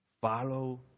Follow